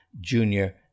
Junior